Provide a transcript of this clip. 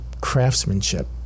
craftsmanship